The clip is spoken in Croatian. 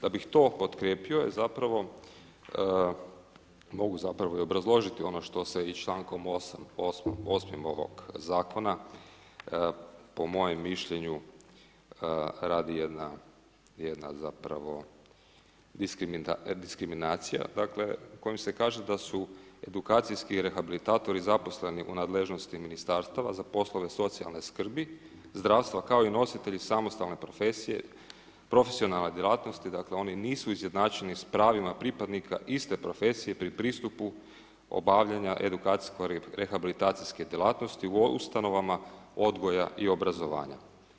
Da bih to potkrijepio je zapravo, mogu zapravo i obrazložiti ono što se i člankom 8.-im ovog zakona po mojem mišljenju radi jedna zapravo diskriminacija dakle kojom se kaže da su edukacijski rehabilitatori zaposleni u nadležnosti ministarstava za poslove socijalne skrbi, zdravstva kao i nositelji samostalne profesije, profesionalne djelatnosti, dakle oni nisu izjednačeni sa pravima pripadnika iste profesije pri pristupu obavljanja edukacijsko rehabilitacijske djelatnosti u ustanovama odgoja i obrazovanja.